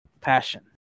passion